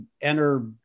enter